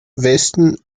westen